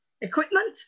equipment